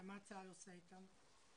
ומה צה"ל עושה איתם?